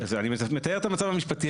אני מתאר את המצב המשפטי.